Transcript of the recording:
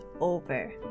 over